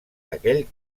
aquell